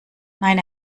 nein